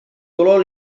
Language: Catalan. dolor